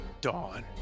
Dawn